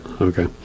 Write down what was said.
Okay